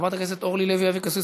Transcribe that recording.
חברת הכנסת אורלי לוי אבקסיס,